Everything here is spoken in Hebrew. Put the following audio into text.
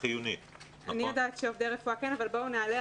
בפועל מקימים מערכת חינוך אחרת שכל ילדי העובדים נכנסים בתוכה.